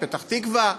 פתח-תקווה,